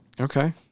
Okay